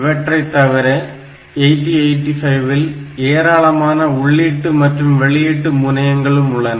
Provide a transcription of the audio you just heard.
இவற்றைத் தவிர 8085 இல் ஏராளமான உள்ளீட்டு மற்றும் வெளியீட்டு முனையங்களும் உள்ளன